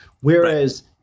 Whereas